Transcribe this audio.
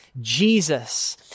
Jesus